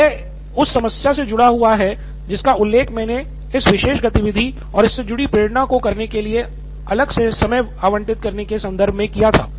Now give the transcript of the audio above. तो यह उस समस्या से जुड़ा हुआ है जिसका उल्लेख मैंने इस विशेष गतिविधि और इससे जुड़ी प्रेरणा को करने के लिए अलग से समय आवंटित करने के संदर्भ में किया था